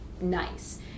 nice